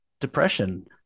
depression